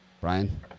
Brian